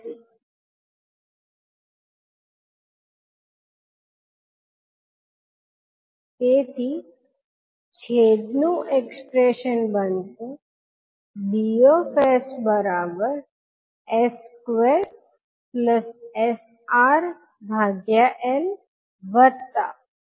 જ્યારે આપણે આ ઉદાહરણ જોશું ત્યારે આપણે ચર્ચા કરીશું ચાલો આપણે આ ચોક્કસ કેસ જોશું જો તમારી પાસે શ્રેણી RLC સર્કિટ છે તો શ્રેણી RLC સર્કિટનું ટ્રાન્સફર ફંક્શન Hs V0Vs દ્વારા આપી શકાય છે